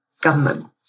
government